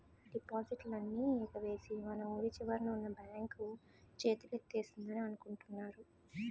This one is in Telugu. డిపాజిట్లన్నీ ఎగవేసి మన వూరి చివరన ఉన్న బాంక్ చేతులెత్తేసిందని అనుకుంటున్నారు